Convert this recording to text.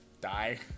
die